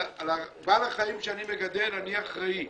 על בעל החיים שאני מגדל אני אחראי,